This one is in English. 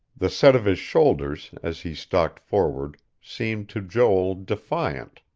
the set of his shoulders, as he stalked forward, seemed to joel defiant.